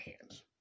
hands